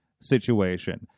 situation